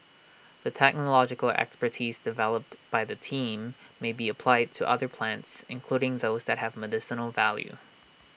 the technological expertise developed by the team may be applied to other plants including those that may have medicinal value